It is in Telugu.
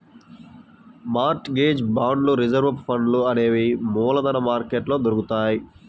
మార్ట్ గేజ్ బాండ్లు రిజర్వు ఫండ్లు అనేవి మూలధన మార్కెట్లో దొరుకుతాయ్